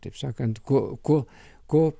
taip sakant ko ko ko